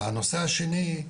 הנושא השני,